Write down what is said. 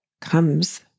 comes